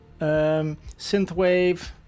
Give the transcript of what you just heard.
synthwave